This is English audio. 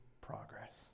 progress